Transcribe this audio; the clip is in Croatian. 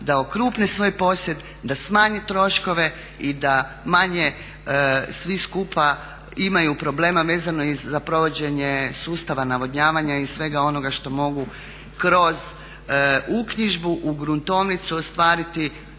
da okrupne svoj posjed, da smanje troškove i da manje svi skupa imaju problema vezano i za provođenje sustava navodnjavanja i svega onoga što mogu kroz uknjižbu u gruntovnicu ostvariti